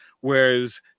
Whereas